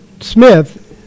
Smith